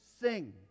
sing